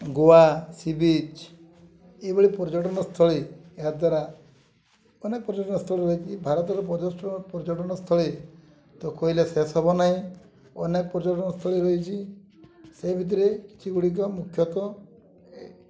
Goa sea beach ଏଇଭଳି ପର୍ଯ୍ୟଟନସ୍ଥଳୀ ଏହାଦ୍ୱାରା ଅନେକ ପର୍ଯ୍ୟଟନସ୍ଥଳୀ ରହିଛି ଭାରତର ପର୍ଯ୍ୟଟନସ୍ଥଳୀ ତ କହିଲେ ଶେଷ ନାହିଁ ଅନେକ ପର୍ଯ୍ୟଟନସ୍ଥଳୀ ରହିଛି ସେ ଭିତରେ କିଛି ଗୁଡ଼ିକ ମୁଖ୍ୟତଃ